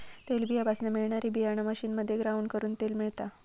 तेलबीयापासना मिळणारी बीयाणा मशीनमध्ये ग्राउंड करून तेल मिळता